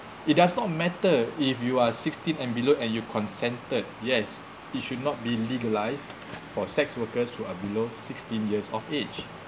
it does not matter if you are sixteen and below and you consented yes it should not be legalised for sex workers who are below sixteen years of age